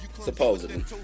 Supposedly